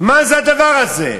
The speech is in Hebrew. מה זה הדבר הזה?